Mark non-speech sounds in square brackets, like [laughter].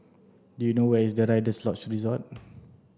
do you know where is Rider's Lodge Resort [noise]